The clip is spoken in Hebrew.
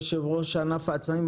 יושב ראש ענף העצמאים,